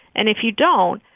and if you don't,